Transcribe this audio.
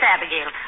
Abigail